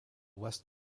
west